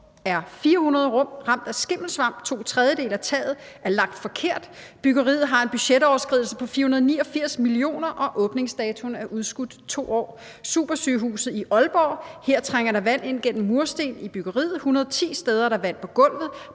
er 400 rum ramt af skimmelsvamp, to tredjedele af taget er lagt forkert, byggeriet har en budgetoverskridelse på 489 mio. kr., og åbningsdatoen er udskudt 2 år. På supersygehuset i Aalborg trænger der vand ind gennem mursten i byggeriet, 110 steder er der vand på gulvet,